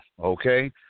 Okay